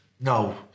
no